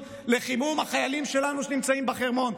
לחימום החיילים שלנו שנמצאים בחרמון,